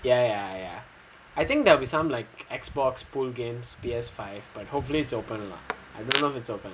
ya ya ya I think there will be some like X box pool games P_S five but hopefully it's open lah I don't know if it's open